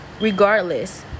Regardless